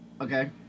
Okay